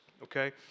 okay